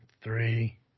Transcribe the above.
three